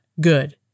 good